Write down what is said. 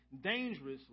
dangerously